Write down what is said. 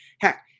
Heck